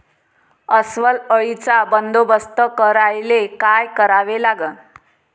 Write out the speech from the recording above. अस्वल अळीचा बंदोबस्त करायले काय करावे लागन?